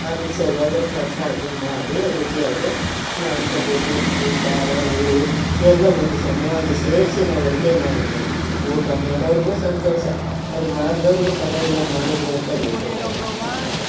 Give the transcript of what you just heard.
ಅದಕ್ಕೆ ಸಲುವಾಗಿ ಅದಕ್ಕೆ ತಕ್ಕನಾಗೇ ಮಾಡಿ ರುಚಿಯಾಗಿ ಮಾಡ್ಕೊಳ್ಬೇಕು ಉಪ್ಪು ಖಾರ ಹುಳಿ ಇದೆಲ್ಲ ಒಂದು ಸಮವಾಗಿ ಸೇರಿಸಿ ನಾವು ಅಡುಗೆ ಮಾಡಿದರೆ ಊಟ ಮಾಡೋರಿಗೂ ಸಂತೋಷ ಅದು ಮಾಡದವರ್ಗೂ ಪರವಾಗಿಲ್ಲ ಮಾಡಿದ್ರು ಅಂತ ಹೆಸರು ಬರುತ್ತೆ ಸರ್